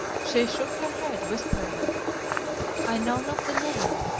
she shook her head, whispering i know not the name,